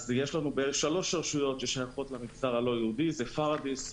אז יש לנו שלוש רשויות ששייכות למגזר הלא-יהודי פורדיס,